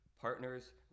partners